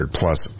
plus